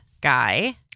guy